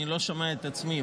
אני לא שומע את עצמי,